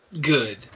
good